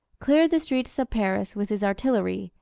cleared the streets of paris with his artillery,